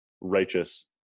righteous